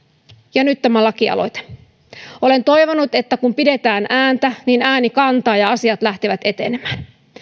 ja nyt on tämä lakialoite olen toivonut että kun pidetään ääntä niin ääni kantaa ja asiat lähtevät etenemään